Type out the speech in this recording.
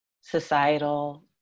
societal